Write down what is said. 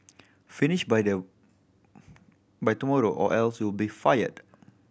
finish by their by tomorrow or else you'll be fired